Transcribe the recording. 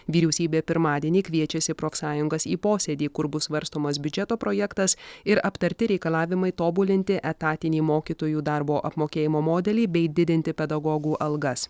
vyriausybė pirmadienį kviečiasi profsąjungas į posėdį kur bus svarstomas biudžeto projektas ir aptarti reikalavimai tobulinti etatinį mokytojų darbo apmokėjimo modelį bei didinti pedagogų algas